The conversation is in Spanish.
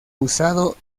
usado